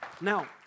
Now